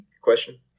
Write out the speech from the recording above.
Question